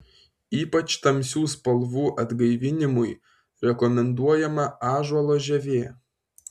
ypač tamsių spalvų atgaivinimui rekomenduojama ąžuolo žievė